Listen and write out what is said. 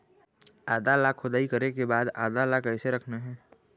आदा ला खोदाई करे के बाद आदा ला कैसे रखना हे?